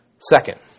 Second